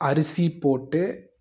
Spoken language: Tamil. அரிசி போட்டு